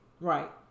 right